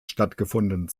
stattgefunden